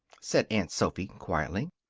said aunt sophy, quietly.